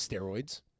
Steroids